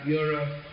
Europe